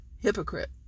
hypocrite